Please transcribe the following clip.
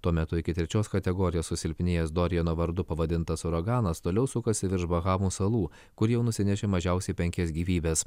tuo metu iki trečios kategorijos susilpnėjęs doriano vardu pavadintas uraganas toliau sukasi virš bahamų salų kur jau nusinešė mažiausiai penkias gyvybes